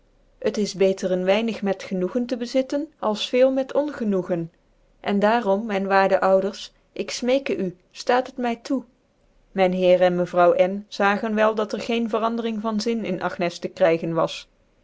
t is beter een weinig met genoegen te bezitten als veel met ongenoegen en daarom mijn waarde ouders ik raeke u ftaat het my toe myn heer cn mevrouw n zngen wel dat er geen verandering van zin in at ncs tc krygen was